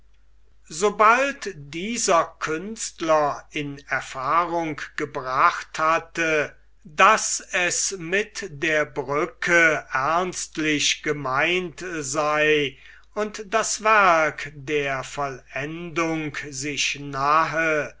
sobald dieser künstler in erfahrung gebracht hatte daß es mit der brücke ernstlich gemeint sei und das werk der vollendung sich nahe